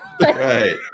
Right